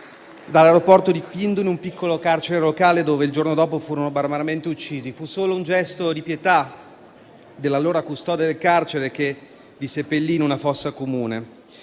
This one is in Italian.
dall'aeroporto di Kindu in un piccolo carcere locale, dove il giorno dopo furono barbaramente uccisi. Fu solo un gesto di pietà dell'allora custode del carcere che li seppellì in una fossa comune.